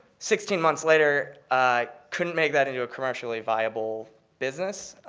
sixteen months later i couldn't make that into a commercially viable business,